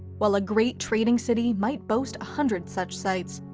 while a great trading city might boast a hundred such sites,